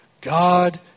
God